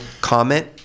comment